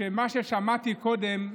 שמה ששמעתי קודם,